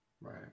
Right